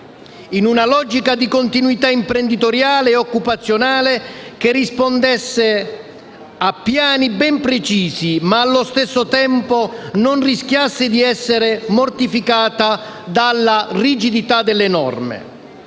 in una logica di continuità imprenditoriale e occupazionale che rispondesse a piani ben precisi, ma allo stesso tempo non rischiasse di essere mortificata dalla rigidità delle norme.